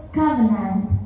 covenant